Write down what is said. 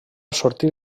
sortir